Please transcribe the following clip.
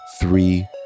three